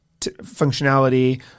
functionality